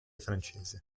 francese